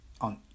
on